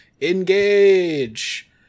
engage